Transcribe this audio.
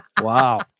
Wow